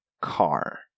car